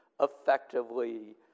effectively